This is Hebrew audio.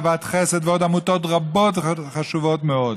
אהבת חסד ועוד עמותות רבות וחשובות מאוד.